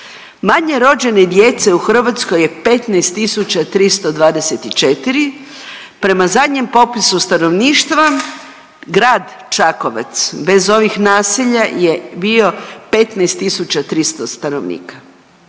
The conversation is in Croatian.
manje rođene djece u Hrvatskoj je 15.324, prema zadnjem popisu stanovništva grad Čakovec bez ovih naselja je bio 15.300 stanovnika,